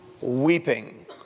weeping